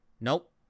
Nope